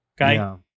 okay